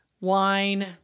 Wine